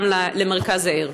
גם למרכז העיר.